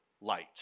light